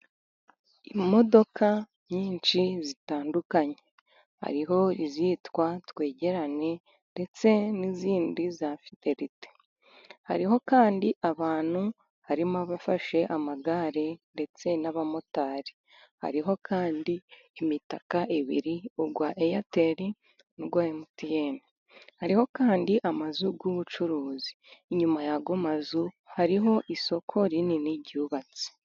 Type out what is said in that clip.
Imodoka nyinshi zitandukanye hariho izitwa twegerane ndetse n'izindi za fiderite, hariho kandi abantu harimo abafashe amagare ndetse n'abamotari, hariho kandi imitaka ibiri uwa eyateri nuwa MTN hariho kandi amazu y'ubucuruzi, inyuma ya yo mazu hariho isoko rinini ryubatse.